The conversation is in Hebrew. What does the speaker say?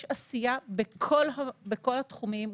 יש עשייה בכל התחומים,